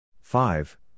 five